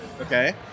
Okay